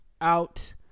out